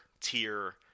tier